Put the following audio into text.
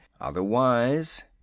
otherwise—